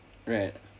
right